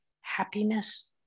happiness